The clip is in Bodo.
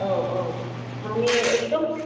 औ औ मानि एखदम